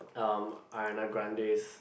um Ariana Grande's